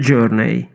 Journey